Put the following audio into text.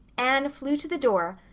anne flew to the door,